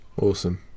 Awesome